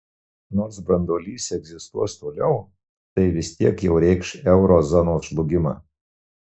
nors branduolys egzistuos toliau tai vis tiek jau reikš euro zonos žlugimą